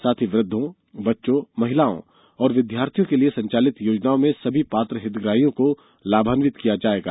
साथ ही वृद्धों बच्चों महिलाओं और विद्यार्थियों के लिये संचालित योजनाओं में सभी पात्र हितग्राहियों को लाभान्वित किया जाएगा